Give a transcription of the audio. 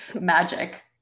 magic